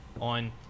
on